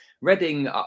Reading